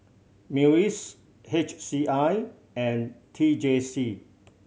MUIS H C I and T J C